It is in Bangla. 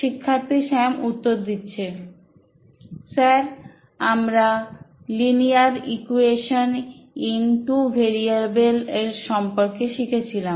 শিক্ষার্থীস্যাম উত্তর দিচ্ছে স্যার আমরা linear equation in two variable এর সম্পর্কে শিখেছিলাম